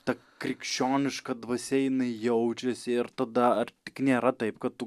ta krikščioniška dvasia jinai jaučiasi ir tada ar tik nėra taip kad tu